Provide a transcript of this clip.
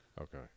Okay